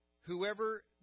Whoever